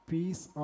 Peace